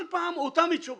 כל פעם אותן תשובות.